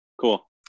cool